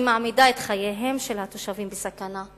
היא מעמידה את חייהם של התושבים בסכנה,